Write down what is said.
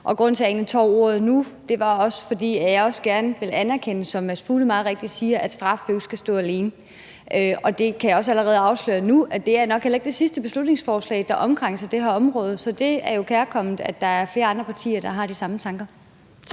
egentlig tager ordet nu, er også, at jeg gerne vil anerkende det, som hr. Mads Fuglede meget rigtigt sagde, nemlig at straffen jo ikke skal stå alene. Jeg kan også allerede nu afsløre, at det her nok heller ikke er det sidste beslutningsforslag, der handler om det her område, så det er jo kærkomment, at der er flere andre partier, der har de samme tanker.